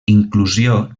inclusió